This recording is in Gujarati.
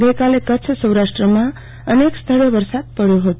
ગઈકાલે કચ્છસૌરાષ્ટ્રમાં અનેક સ્થળે વરસાદ પડયો હતો